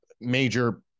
major